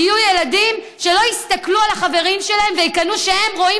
יהיו ילדים שלא יסתכלו על החברים שלהם ויקנאו שהם רואים